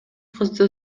кызды